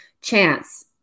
chance